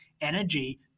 energy